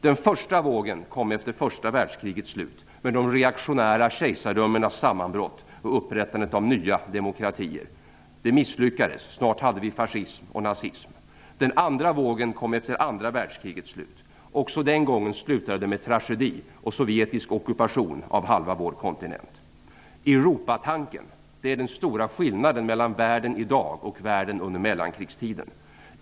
Den första vågen kom efter första världskrigets slut med de reaktionära kejsardömenas sammanbrott och upprättandet av nya demokratier. Detta misslyckades och snart hade vi fascism och nazism. Den första vågen kom efter första världskrigets slut med de reaktionära kejsardömenas sammanbrott och upprättandet av nya demokratier. De misslyckades. Snart hade vi fascism och nazism. Den andra vågen kom efter andra världskrigets slut. Också den gången slutade det med tragedi, och med sovjetisk ockupation av halva vår kontinent. Europatanken är den stora skillnaden mellan världen i dag och världen under mellankrigstiden.